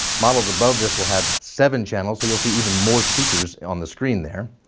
models above this will have seven channels so you'll see even more speakers on the screen there.